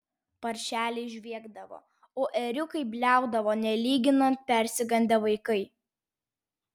paršeliai žviegdavo o ėriukai bliaudavo nelyginant persigandę vaikai